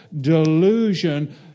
delusion